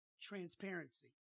transparency